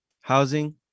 housing